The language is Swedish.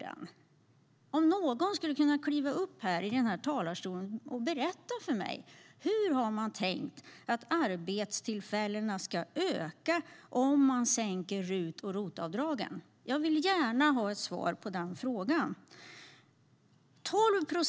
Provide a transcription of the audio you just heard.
Skulle någon kunna kliva upp i den här talarstolen och berätta för mig hur man har tänkt att arbetstillfällena ska öka om man sänker RUT och ROT-avdragen? Jag vill gärna ha svar på det.